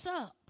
up